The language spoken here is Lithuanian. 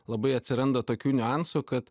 labai atsiranda tokių niuansų kad